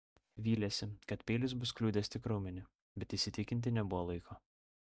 vylėsi kad peilis bus kliudęs tik raumenį bet įsitikinti nebuvo laiko